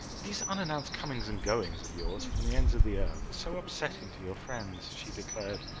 these unannounced comings and goings of yours from the ends of the earth are so upsetting to your friends, she declared.